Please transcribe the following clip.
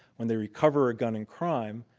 when they recover a gun in crime,